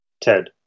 Ted